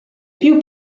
più